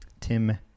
Tim